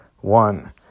one